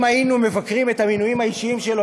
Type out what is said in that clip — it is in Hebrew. אם היינו מבקרים את המינויים האישיים שלו,